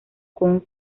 con